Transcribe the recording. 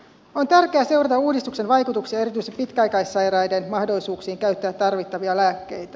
on tärkeää seurata uudistuksen vaikutuksia erityisesti pitkäaikaissairaiden mahdollisuuksiin käyttää tarvittavia lääkkeitä